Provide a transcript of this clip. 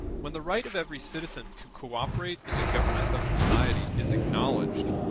when the right of every citizen to co-operate in the government of society is acknowledged,